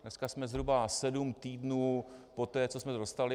Dneska jsme zhruba sedm týdnů poté, co jsme ho dostali.